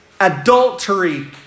adultery